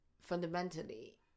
Fundamentally